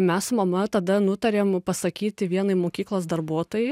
mes su mama tada nutarėm pasakyti vienai mokyklos darbuotojai